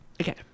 Okay